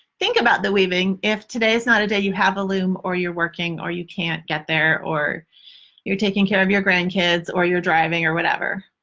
think about the weaving if today is not a day have a loom or you're working or you can't get there or you're taking care of your grandkids or you're driving or whatever.